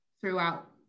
throughout